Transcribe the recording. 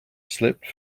slipped